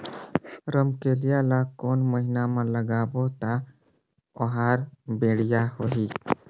रमकेलिया ला कोन महीना मा लगाबो ता ओहार बेडिया होही?